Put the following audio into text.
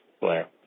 Blair